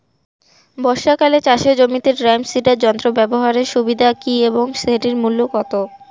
বর্ষাকালে চাষের জমিতে ড্রাম সিডার যন্ত্র ব্যবহারের সুবিধা কী এবং সেটির মূল্য কত?